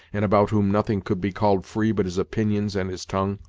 and about whom nothing could be called free but his opinions and his tongue.